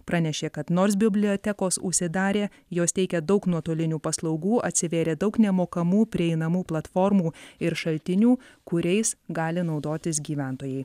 pranešė kad nors bibliotekos užsidarė jos teikia daug nuotolinių paslaugų atsivėrė daug nemokamų prieinamų platformų ir šaltinių kuriais gali naudotis gyventojai